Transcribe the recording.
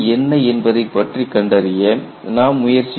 என்பதை பற்றி கண்டறிய நாம் முயற்சிக்க வேண்டும்